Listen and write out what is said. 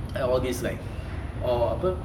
or all these like or ape